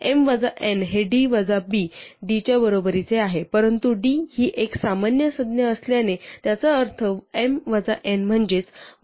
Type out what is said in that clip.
m वजा n हे d वजा b d च्या बरोबरीचे आहे परंतु d ही एक सामान्य संज्ञा असल्याने याचा अर्थ m वजा n म्हणजे वजा b वेळा d आहे